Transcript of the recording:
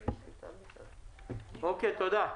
תודה.